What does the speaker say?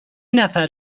نفر